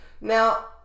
Now